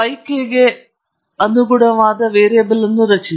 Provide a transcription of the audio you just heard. ಮತ್ತು ಇದೇ ರೀತಿ ಐದನೇ ಆದೇಶಕ್ಕೂ ಇದನ್ನು ಮಾಡೋಣ